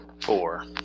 Four